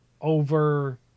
over